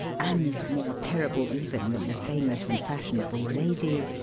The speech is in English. and, more terrible even than the famous and fashionable lady,